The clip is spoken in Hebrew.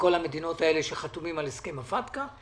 מכל המדינות האלה שחתומות על הסכם הפטקא,